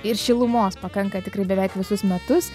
ir šilumos pakanka tikrai beveik visus metus